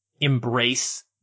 embrace